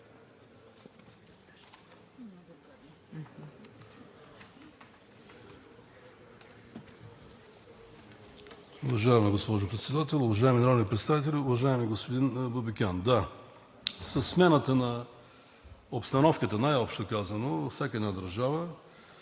Уважаема госпожо Председател, уважаеми народни представители, уважаеми господин Бабикян! Да, със смяната на обстановката, най-общо казано, във всяка една държава